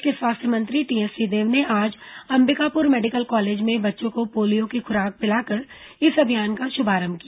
प्रदेश के स्वास्थ्य मंत्री टीएस सिहंदेव ने आज अंबिकापुर मेडिकल कॉलेज में बच्चों को पोलियो की खुराक पिलाकर इस अभियान का शुभारंभ किया